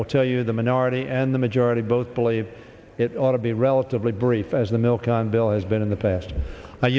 will tell you the minority and the majority both believe it ought to be relatively brief as the milk and bill has been in the past